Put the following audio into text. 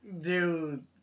Dude